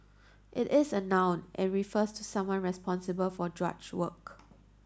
it is a noun and refers to someone responsible for drudge work